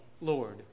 Lord